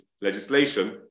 legislation